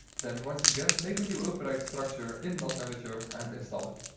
then once again make a new override structure in mod manager and install it.